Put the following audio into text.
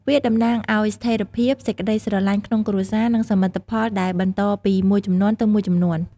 វាតំណាងឱ្យស្ថេរភាព សេចក្ដីស្រឡាញ់ក្នុងគ្រួសារ និងសមិទ្ធផលដែលបន្តពីមួយជំនាន់ទៅមួយជំនាន់។